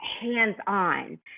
hands-on